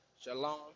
Shalom